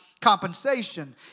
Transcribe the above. Compensation